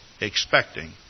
expecting